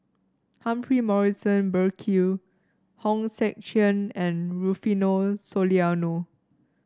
Humphrey Morrison Burkill Hong Sek Chern and Rufino Soliano